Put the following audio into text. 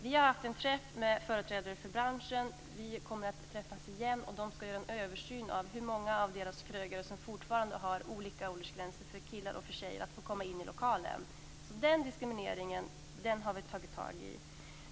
Vi har haft en träff med företrädare för branschen. Vi kommer att träffas igen. De ska göra en översyn av hur många av krögarna som fortfarande har olika åldersgränser för killar och för tjejer att komma in i lokalen. Den diskrimineringen har vi tagit itu med.